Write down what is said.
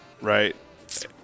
right